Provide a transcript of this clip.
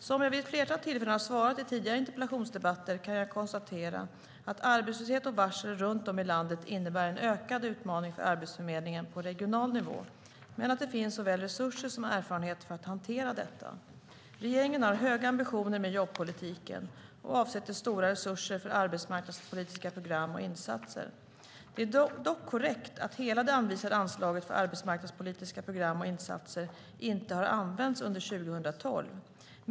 Som jag vid ett flertal tillfällen har svarat i tidigare interpellationsdebatter kan jag konstatera att arbetslöshet och varsel runt om i landet innebär en ökad utmaning för Arbetsförmedlingen på regional nivå men att det finns såväl resurser som erfarenhet för att hantera detta. Regeringen har höga ambitioner med jobbpolitiken och avsätter stora resurser för arbetsmarknadspolitiska program och insatser. Det är dock korrekt att hela det anvisade anslaget för arbetsmarknadspolitiska program och insatser inte har använts under 2012.